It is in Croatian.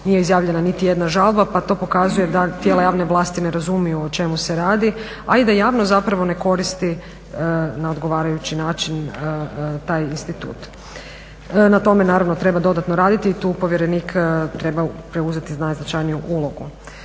nije izjavljena niti jedna žalba pa to pokazuje da tijela javne vlasti ne razumiju o čemu se radi, a i da javnost zapravo ne koristi na odgovarajući način taj institut. Na tome naravno treba dodatno raditi i tu povjerenik treba preuzeti najznačajniju ulogu.